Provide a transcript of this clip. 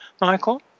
Michael